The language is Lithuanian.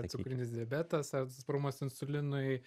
cukrinis diabetas atsparumas insulinui